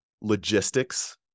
logistics